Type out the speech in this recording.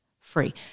free